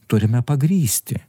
turime pagrįsti